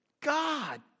God